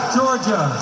Georgia